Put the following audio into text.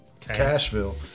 cashville